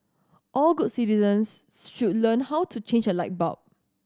all good citizens should learn how to change a light bulb